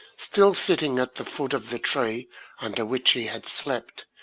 still sitting at the foot of the tree under which he had slept,